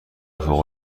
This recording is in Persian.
فوق